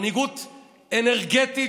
מנהיגות אנרגטית,